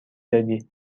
دادی